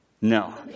No